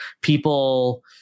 people